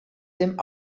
dem